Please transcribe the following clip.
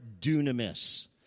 dunamis